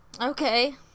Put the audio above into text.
Okay